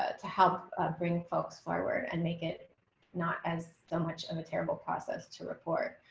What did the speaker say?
ah to help bring folks forward and make it not as so much of a terrible process to report.